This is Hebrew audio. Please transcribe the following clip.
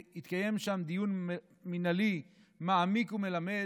והתקיים שם דיון מינהלי מעמיק ומלמד.